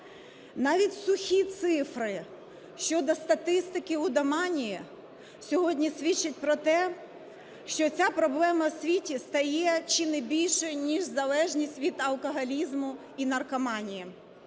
Навіть сухі цифри щодо статистики лудоманії сьогодні свідчать про те, що ця проблема у світі стає чи не більшою, ніж залежність від алкоголізму і наркоманії.